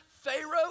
Pharaoh